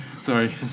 Sorry